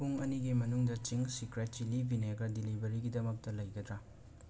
ꯄꯨꯡ ꯑꯅꯤꯒꯤ ꯃꯅꯨꯡꯗ ꯆꯤꯡꯁ ꯁꯤꯀ꯭ꯔꯦꯠ ꯆꯤꯂꯤ ꯕꯤꯅꯦꯒꯔ ꯗꯤꯂꯤꯕꯔꯤꯒꯤꯗꯃꯛꯇ ꯂꯩꯒꯗ꯭ꯔꯥ